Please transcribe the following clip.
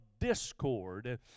discord